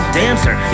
dancer